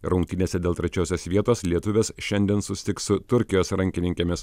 rungtynėse dėl trečiosios vietos lietuvės šiandien susitiks su turkijos rankininkėmis